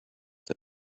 the